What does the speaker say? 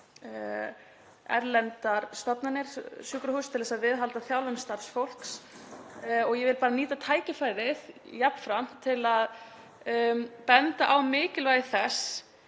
erlendar stofnanir, sjúkrahús, til að viðhalda þjálfun starfsfólks. Ég vil nýta tækifærið jafnframt til að benda á mikilvægi þess